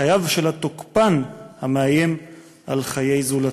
חייו של התוקפן המאיים על חיי זולתו.